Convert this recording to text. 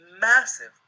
Massive